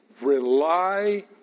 rely